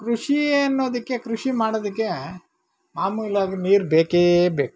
ಕೃಷಿಯೆನ್ನೋದಕ್ಕೆ ಕೃಷಿ ಮಾಡೋದಕ್ಕೆ ಮಾಮೂಲಾಗಿ ನೀರು ಬೇಕೇ ಬೇಕು